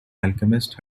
alchemist